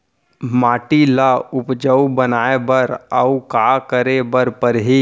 माटी ल उपजाऊ बनाए बर अऊ का करे बर परही?